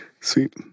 Sweet